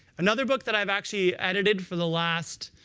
another book that i've actually edited for the last